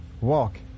walk